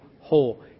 whole